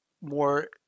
more